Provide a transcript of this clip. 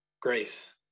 grace